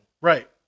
Right